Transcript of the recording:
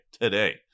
today